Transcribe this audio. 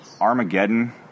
Armageddon